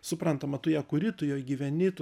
suprantama tu ją kuri tu joj gyveni tu